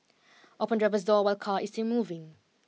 open driver's door while car is still moving